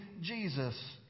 Jesus